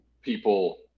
people